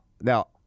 Now